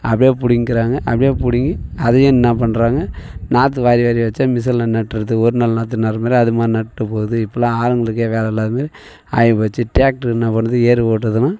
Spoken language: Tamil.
அப்படியே பிடுங்கிக்குறாங்க அப்படியே பிடுங்கி அதையும் என்ன பண்ணுறாங்க நாத்து வாரி வாரி வச்சு மிசினில் நடுறது ஒரு நாள் நாத்து நடுற மாதிரி அதுமாதிரி நட்டுப்போது இப்போலாம் ஆளுங்களுக்கே வேலை இல்லாதமாதிரி ஆகிப்போச்சி ட்ராக்டர் என்ன பண்ணுது ஏறு ஓட்டுதுனா